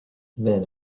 then